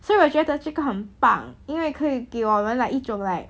所以我觉得这个很棒因为可以给我们 like 一种 like